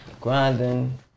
grinding